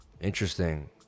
Interesting